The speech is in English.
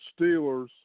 Steelers